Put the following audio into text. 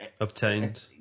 obtained